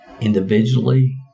individually